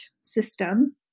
system